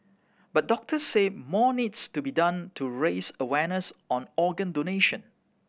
but doctors say more needs to be done to raise awareness on organ donation